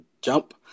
jump